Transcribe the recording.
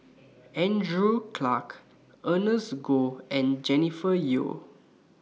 Andrew Clarke Ernest Goh and Jennifer Yeo